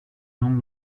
non